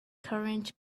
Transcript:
current